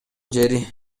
жери